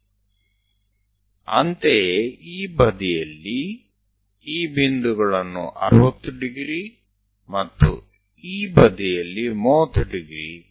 તે જ રીતે આ બાજુ પણ આ બિંદુઓને ચિહ્નિત કરીએ 60 ડિગ્રી અને આ બાજુ પર 30 ડિગ્રી